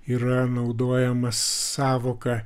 yra naudojama sąvoka